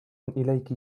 إليك